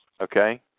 Okay